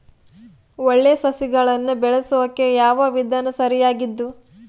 ಒಳ್ಳೆ ಸಸಿಗಳನ್ನು ಬೆಳೆಸೊಕೆ ಯಾವ ವಿಧಾನ ಸರಿಯಾಗಿದ್ದು?